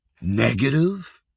negative